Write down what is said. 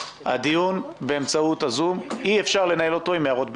הדיון באמצעות הזום אי אפשר לנהל אותו עם הערות ביניים.